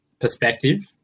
perspective